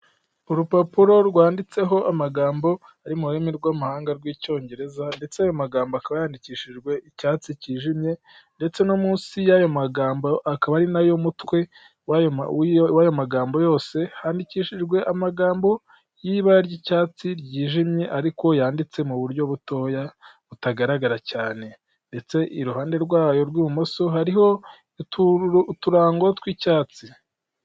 Urupapuro rwanditseho amagambo ari mu rurimi rw'amahanga rw'icyongereza ndetse ayo magambo akaba yandikishijwe icyatsi cyijimye ndetse no munsi y'ayo magambo akaba ari nayo mutwe w'aya magambo yose yandikishijwe amagambo y'ibara ry'icyatsi ryijimye ariko yanditse muburyo butoya butagaragara cyane ndetse iruhande rwayo rw'ibumoso hariho uturango tw'icyatsi.